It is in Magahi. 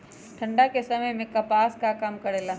ठंडा के समय मे कपास का काम करेला?